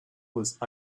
with